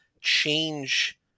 change